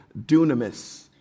dunamis